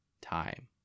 time